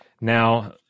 Now